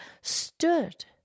stood